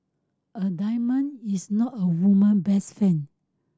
a diamond is not a woman best friend